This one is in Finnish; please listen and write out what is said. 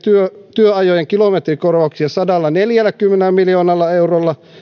työajojen kilometrikorvauksia sadallaneljälläkymmenellä miljoonalla eurolla